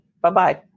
bye-bye